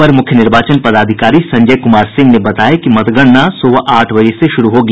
अपर मुख्य निर्वाचन पदाधिकारी संजय कुमार सिंह बताया कि मतगणना सुबह आठ बजे से शुरू होगी